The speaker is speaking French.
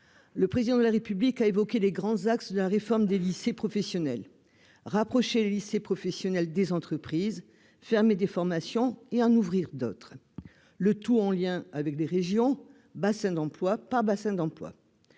le Président de la République a évoqué, le 13 septembre dernier, les grands axes de la réforme des lycées professionnels : rapprocher les lycées professionnels des entreprises, fermer certaines formations et en ouvrir d'autres, le tout en lien avec les régions, bassin d'emploi par bassin d'emploi.